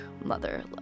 mother